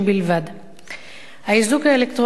האיזוק האלקטרוני הוא כלי המשמש את מרבית